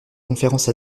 conférences